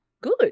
good